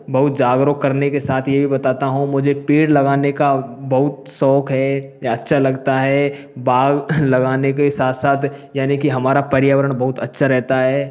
बहुत जागरूक करने के साथ यह भी बताता हूँ मुझे पेड़ लगाने का बहुत शौक है अच्छा लगता है बाग लगाने के साथ साथ यानी के हमारा पर्यावरण बहुत अच्छा रहता है